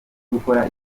gukora